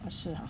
啊是哦